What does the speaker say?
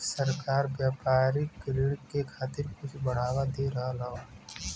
सरकार व्यापारिक ऋण के खातिर बहुत बढ़ावा दे रहल हौ